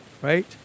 Right